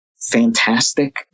fantastic